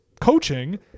coaching